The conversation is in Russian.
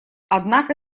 однако